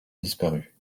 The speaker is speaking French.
disparu